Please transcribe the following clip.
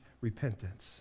repentance